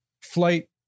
flight